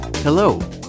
Hello